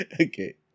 Okay